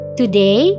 today